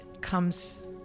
comes